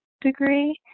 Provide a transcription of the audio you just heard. degree